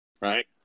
right